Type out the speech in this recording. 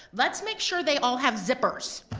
let's make sure they all have zippers.